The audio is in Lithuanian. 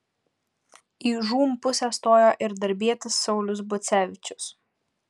į žūm pusę stojo ir darbietis saulius bucevičius